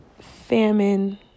famine